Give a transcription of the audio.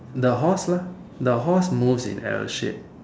the horse lah the horse moves in L shape